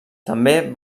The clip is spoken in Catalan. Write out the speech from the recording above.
també